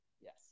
Yes